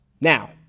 Now